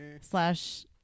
Slash